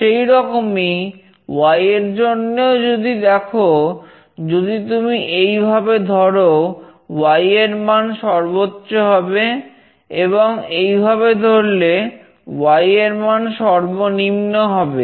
সেইরকমই Y এর জন্যেও যদি দেখো যদি তুমি এইভাবে ধরো Y এর মান সর্বোচ্চ হবে এবং এইভাবে ধরলে Y এর মান সর্বনিম্ন হবে